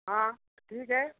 हाँ ठीक है